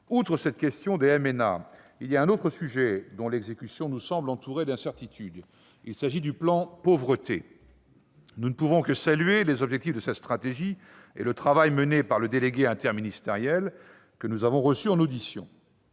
Outre cette question des MNA, il est un autre sujet dont l'exécution nous semble entourée d'incertitudes : il s'agit du plan Pauvreté. Nous ne pouvons que saluer les objectifs de cette stratégie et le travail mené par le délégué interministériel, que nous avons reçu en audition.